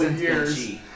years